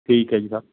ਠੀਕ ਹੈ ਜੀ